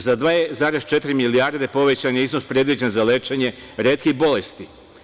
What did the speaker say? Za 2,4 milijarde povećan je iznos predviđen za lečenje retkih bolesti.